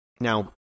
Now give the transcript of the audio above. Now